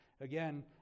Again